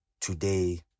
today